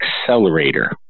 accelerator